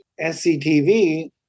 SCTV